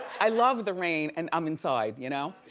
i love the rain and i'm inside, you know?